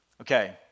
Okay